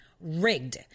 Rigged